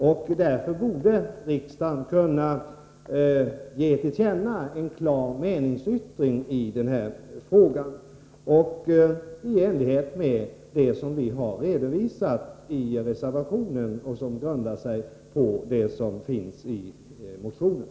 Riksdagen borde därför kunna ge till känna en klar meningsyttring i enlighet med det som vi framfört i reservationen och som grundar sig på den redovisning vi har lämnat i motionen.